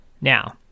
Now